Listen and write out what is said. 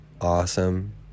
awesome